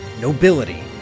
nobility